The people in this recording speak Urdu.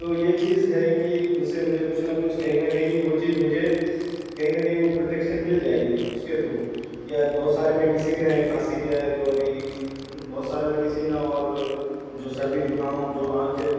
تو یہ چیز ہے کہ ان سے مجھے کچھ نہ کچھ کہیں نہ کہیں وہ چیز مجھے کہیں نہ کہیں وہ پروٹیکشن مل جائے گی اس کے تھرو یا بہت سارے میڈیسن ہیں کھانسی کے جو ابھی بہت سارا میڈیسن ہے اور جو سردی زکام جو آنکھ